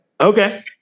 Okay